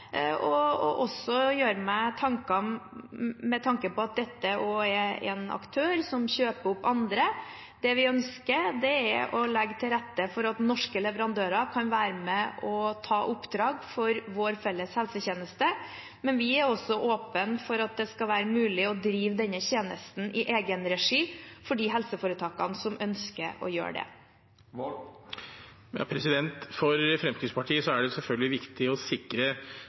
også med tanke på at dette er en aktør som kjøper opp andre. Det vi ønsker, er å legge til rette for at norske leverandører kan være med og ta oppdrag for vår felles helsetjeneste, men vi er også åpne for at det skal være mulig å drive denne tjenesten i egenregi for de helseforetakene som ønsker å gjøre det. For Fremskrittspartiet er det selvfølgelig viktig å sikre